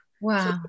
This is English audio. wow